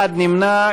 אחד נמנע.